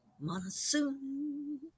Monsoon